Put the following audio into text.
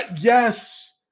Yes